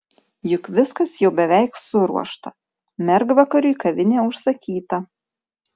juk viskas jau beveik suruošta mergvakariui kavinė užsakyta